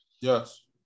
Yes